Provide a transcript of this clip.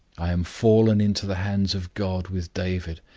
i am fallen into the hands of god with david,